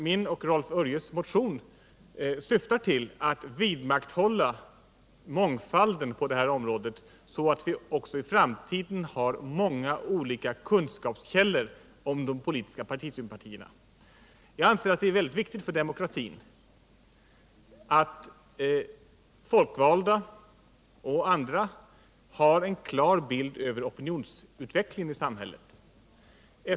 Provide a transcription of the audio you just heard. Min och Rolf Örjes motion syftar till att vidmakthålla mångfalden på det här området, så att vi också i framtiden skall ha många olika kunskapskällor om de politiska partisympatierna. Jag anser att det är mycket viktigt för demokratin att folkvalda och andra har en klar bild av opinionsutvecklingen i samhället.